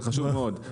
זה חשוב מאוד,